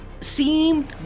seemed